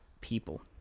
people